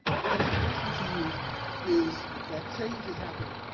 what i'm suggesting to you is that change is happening,